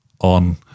on